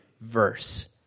verse